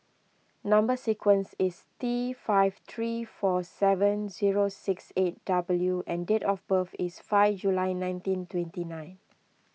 Number Sequence is T five three four seven zero six eight W and date of birth is five July nineteen twenty nine